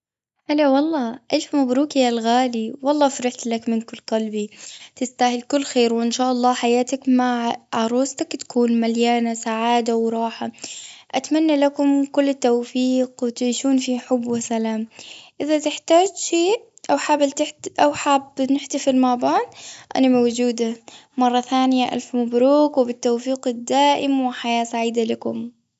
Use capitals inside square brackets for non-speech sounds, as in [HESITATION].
هلا والله، ألف مبروك يا الغالي. والله فرحتلك من كل قلبي. تستاهل كل خير، وإن شاء الله حياتك مع [HESITATION] عروستك تكون مليانة سعادة وراحة. أتمنى لكم كل التوفيق، وتعيشون في حب وسلام. إذا تحتاج شيء أو حاب- تحت- أو حاب نحتفل مع بعض، أنا موجودة. [NOISE] مرة ثانية ألف مبروك، وبالتوفيق الدائم. وحياة سعيدة لكم.